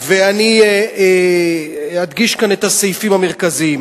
ואני אדגיש כאן את הסעיפים המרכזיים.